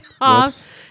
off